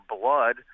blood